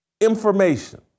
information